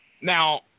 Now